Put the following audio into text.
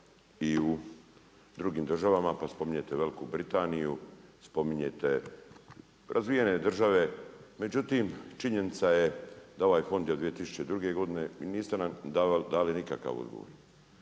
i u drugim državama, pa spominjete Veliku Britaniju, spominjete razvijene države, međutim činjenica je da ovaj fond je od 2002. godine i niste nam dali nikakav odgovor